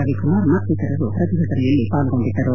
ರವಿಕುಮಾರ್ ಮತ್ತಿತರರು ಪ್ರತಿಭಟನೆಯಲ್ಲಿ ಪಾಲ್ಗೊಂಡಿದ್ದರು